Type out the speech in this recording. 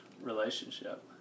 relationship